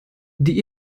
die